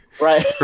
right